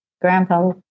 Grandpa